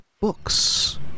books